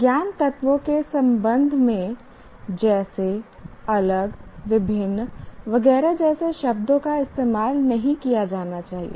ज्ञान तत्वों के संबंध में जैसे अलग विभिन्न वगैरह जैसे शब्दों का इस्तेमाल नहीं किया जाना चाहिए